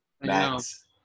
Max